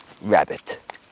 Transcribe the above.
rabbit